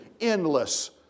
endless